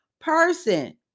person